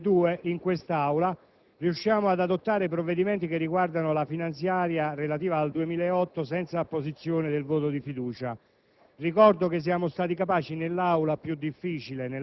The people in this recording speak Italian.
Ricordo che per la prima volta dal 2002 in quest'Aula riusciamo ad adottare provvedimenti che riguardano la finanziaria senza apposizione del voto di fiducia.